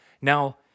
Now